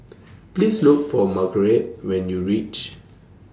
Please Look For Margeret when YOU REACH